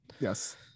Yes